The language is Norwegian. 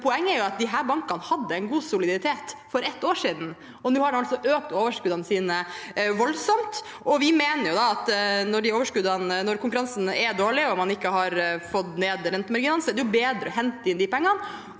poenget er at disse bankene hadde en god soliditet for et år siden, og nå har de økt overskuddene sine voldsomt. Vi mener at når konkurransen er dårlig og man ikke har fått ned rentemarginene, er det bedre å hente inn de pengene